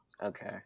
Okay